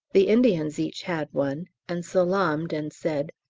the indians each had one, and salaamed and said,